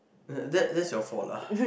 as that that's your fault lah